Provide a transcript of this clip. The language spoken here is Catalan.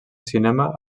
cinema